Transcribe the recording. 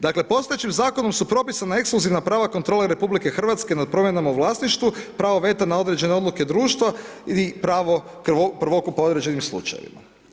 Dakle, postojećem zakonom su propisana ekskluzivan prava kontrole RH, nad promjenama u vlasništvu, pravo veta na određene odluke društva i pravo prvokupa na određenim slučajevima.